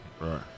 Right